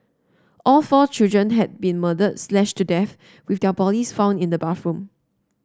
all four children had been murdered slashed to death with their bodies found in the bathroom